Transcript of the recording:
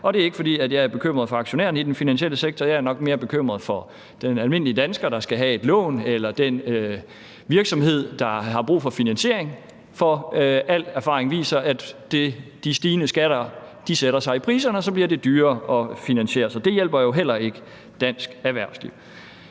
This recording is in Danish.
og det er ikke, fordi jeg er bekymret for aktionærerne i den finansielle sektor. Jeg er nok mere bekymret for den almindelige dansker, der skal have et lån, eller for den virksomhed, der har brug for finansiering, for al erfaring viser, at de stigende skatter sætter sig i priserne, og så bliver det dyrere at finansiere. Så det hjælper jo heller ikke dansk erhvervsliv.